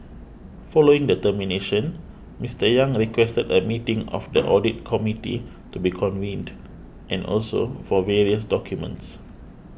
following the termination Mister Yang requested a meeting of the audit committee to be convened and also for various documents